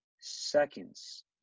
seconds